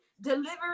delivery